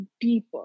deeper